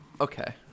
okay